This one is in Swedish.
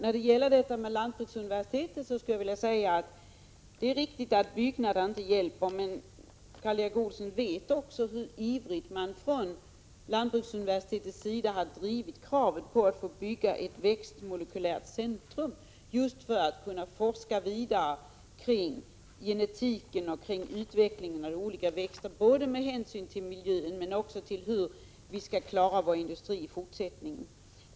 Beträffande lantbruksuniversitetet vill jag säga: Det är riktigt att byggnader inte hjälper, men Karl Erik Olsson vet också hur ivrigt man från lantbruksuniversitetets sida har drivit kravet att få bygga ett växtmolekylärt centrum just för att kunna forska vidare kring genetiken och utvecklingen av olika växter, med hänsyn till miljön men också till hur vi skall klara vår industri i fortsättningen.